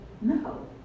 No